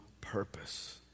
purpose